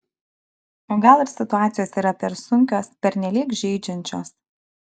o gal ir situacijos yra per sunkios pernelyg žeidžiančios